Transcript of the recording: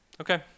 Okay